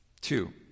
Two